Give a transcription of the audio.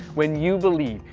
when you believe,